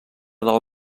del